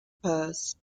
purse